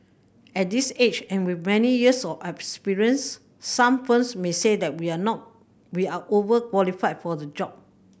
at this age and with many years of experience some firms may say that we are now we are overqualified for the job